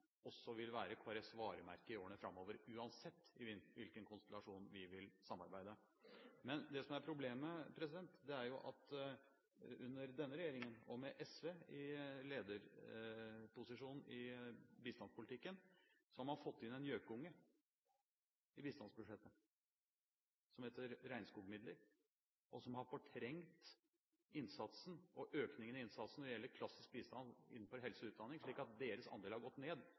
også vil være Kristelig Folkepartis varemerke i årene framover, uansett i hvilken konstellasjon vi vil samarbeide. Men det som er problemet, er at under denne regjeringen og med SV i lederposisjon i bistandspolitikken, har man fått inn en gjøkunge i bistandsbudsjettet som heter regnskogsmidler, og som har fortrengt innsatsen og økningen i innsatsen når det gjelder klassisk bistand innenfor helse og utdanning slik at den andelen har gått ned.